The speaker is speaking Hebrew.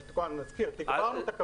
אני מזכיר שתגברנו את הקווים.